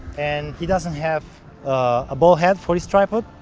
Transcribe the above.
and he doesn't have a ball head for his tripod,